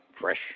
fresh